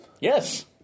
Yes